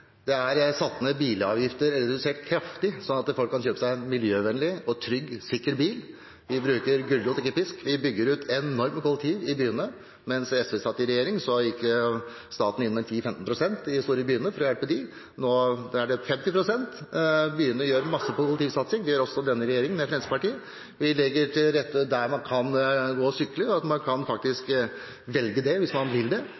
Mens SV satt i regjering, gikk staten inn med 10–15 pst. i de store byene for å hjelpe dem. Nå er tallet 50 pst. Byene gjør mye for kollektivsatsing, det gjør også denne regjeringen, med Fremskrittspartiet. Vi legger til rette for at man der man kan gå og sykle, faktisk kan velge det hvis man vil det.